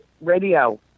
radio